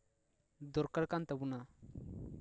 ᱫᱚᱨᱠᱟᱨ ᱠᱟᱱ ᱛᱟᱵᱚᱱᱟ